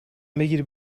بگیری